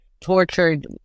tortured